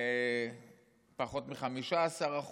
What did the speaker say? פחות מ-15%,